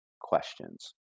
questions